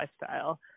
lifestyle